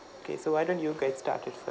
okay so why don't you get started